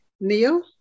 Neil